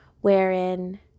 wherein